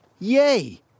Yay